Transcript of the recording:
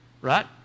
Right